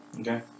Okay